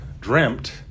dreamt